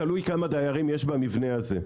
תלוי כמה דיירים יש במבנה הזה.